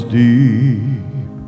deep